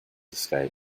escape